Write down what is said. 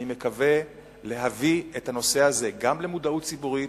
אני מקווה להביא את הנושא הזה גם למודעות ציבורית